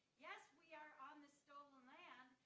yes, we are on the stolen land,